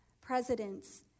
presidents